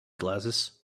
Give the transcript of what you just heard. glasses